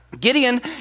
Gideon